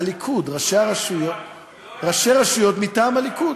של הליכוד, ראשי רשויות מטעם הליכוד.